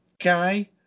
guy